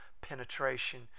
penetration